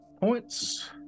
points